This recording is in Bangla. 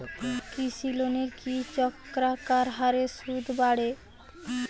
কৃষি লোনের কি চক্রাকার হারে সুদ বাড়ে?